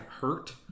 hurt